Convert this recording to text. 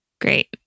great